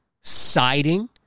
siding